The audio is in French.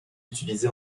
utilisé